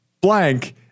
blank